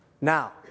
Now